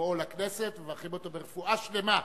בבואו לכנסת ומברכים אותו ברפואה שלמה,